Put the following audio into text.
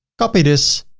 copy this,